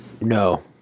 No